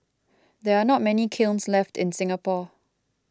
there are not many kilns left in Singapore